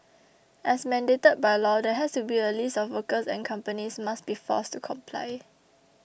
as mandated by law there has to be a list of workers and companies must be forced to comply